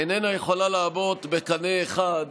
איננה יכולה לעמוד בקנה אחד